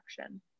action